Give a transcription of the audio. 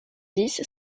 dix